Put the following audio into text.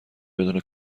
بدون